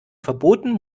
verboten